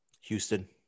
Houston